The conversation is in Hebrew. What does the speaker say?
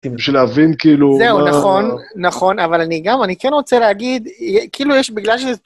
בשביל להבין, כאילו... זהו, נכון, נכון. אבל אני גם, אני כן רוצה להגיד, כאילו יש, בגלל שזה...